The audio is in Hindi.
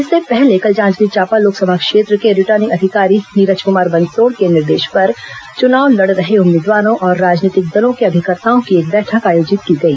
इससे पहले कल जांजगीर चांपा लोकसभा क्षेत्र के रिटर्निंग अधिकारी नीरज कमार बनसोड़ के निर्देश पर चुनाव लड़ रहे उम्मीदवारों और राजनीतिक दलों के अभिकर्ताओं की एक बैठक आयोजित की गई